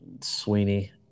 Sweeney